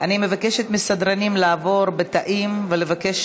אני מבקשת מהסדרנים לעבור בתאים ולבקש